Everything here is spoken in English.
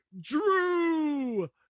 Drew